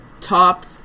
top